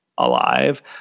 alive